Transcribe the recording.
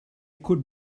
could